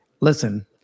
listen